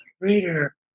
reader